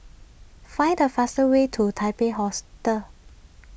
find the fastest way to Taipei Hostel